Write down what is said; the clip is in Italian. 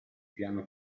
piano